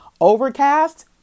Overcast